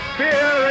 fear